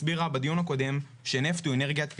הסבירה בדיון הקודם שנפט הוא אנרגיית העבר.